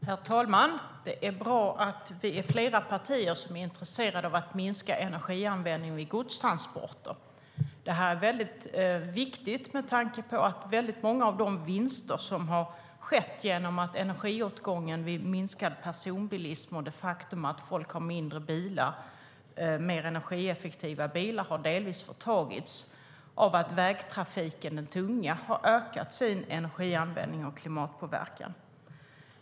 Herr talman! Det är bra att vi är flera partier som är intresserade av att minska energianvändningen vid godstransporter. Det är viktigt med tanke på att mycket av de vinster som gjorts i energiåtgång genom minskad personbilism och mindre och energieffektivare bilar förtagits av att den tunga vägtrafiken ökat sin energianvändning och klimatpåverkan.